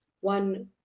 one